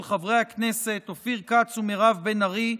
של חברי הכנסת אופיר כץ ומירב בן ארי,